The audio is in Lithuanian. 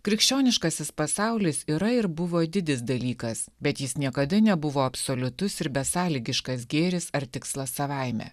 krikščioniškasis pasaulis yra ir buvo didis dalykas bet jis niekada nebuvo absoliutus ir besąlygiškas gėris ar tikslas savaime